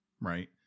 Right